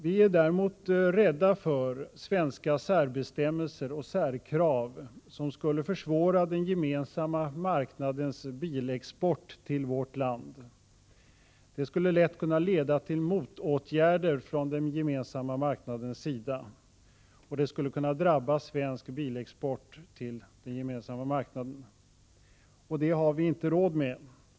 Vi är däremot rädda för bestämmelser och särkrav, som skulle försvåra den gemensamma marknadens bilexport till vårt land. De skulle lätt kunna leda till motåtgärder från den gemensamma marknadens sida, som skulle skulle kunna drabba svensk bilexport till denna. Det har vi inte råd med.